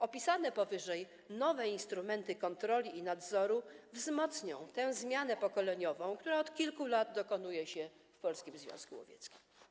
Opisane powyżej nowe instrumenty kontroli i nadzoru wzmocnią zmianę pokoleniową, która od kilku lat dokonuje się w Polskim Związku Łowieckim.